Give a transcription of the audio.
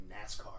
Nascar